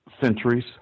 centuries